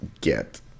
get